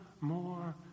more